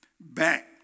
back